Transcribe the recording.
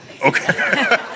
Okay